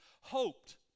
hoped